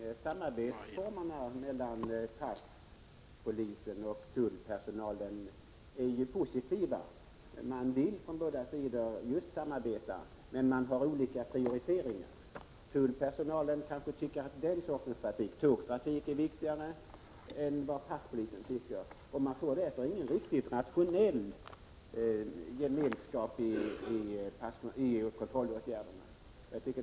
Herr talman! De aviserade samarbetsformerna mellan passpolisen och tullpersonalen är positiva. Man vill från båda sidor just samarbeta, men man harolika prioriteringar. Tullpersonalen kanske tycker attt.ex. tågtrafiken är viktigare än vad passpolisen tycker. Man får därför ingen riktigt rationell gemenskap i kontrollåtgärderna.